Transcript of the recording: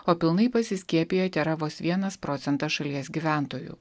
o pilnai pasiskiepiję tėra vos vienas procentas šalies gyventojų